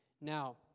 Now